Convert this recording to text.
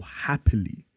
happily